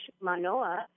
Manoa